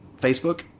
Facebook